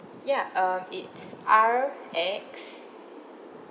ya um it's R X